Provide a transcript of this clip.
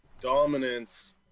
dominance